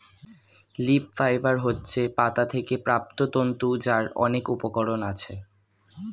leaf fibre হচ্ছে পাতা থেকে প্রাপ্ত তন্তু যার অনেক উপকরণ আছে